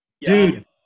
Dude